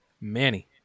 Manny